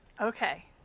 Okay